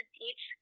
teach